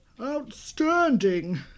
Outstanding